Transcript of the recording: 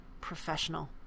professional